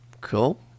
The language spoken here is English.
cool